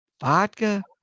Vodka